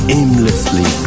aimlessly